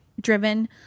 driven